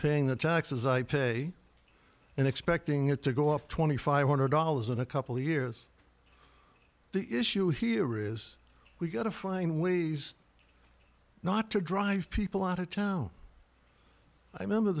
paying the taxes i pay and expecting it to go up two thousand five hundred dollars in a couple of years the issue here is we got a fine ways not to drive people out of town i remember